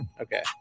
Okay